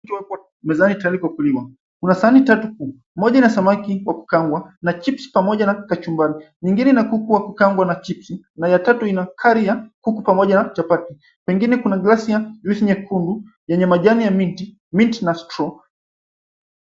Mezani tayari pakuliwa kuna sahani tatu kuu. Moja ina samaki wa kukaangwa na chipsi pamoja na kachumbari nyingine kuku wa kukaangwa na chipsi na ya tatu ina karia kuku pamoja na chapati. Pengine kuna glasi ya nyekundu yenye majani ya miti, miti na straw .